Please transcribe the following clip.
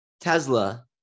Tesla